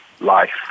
life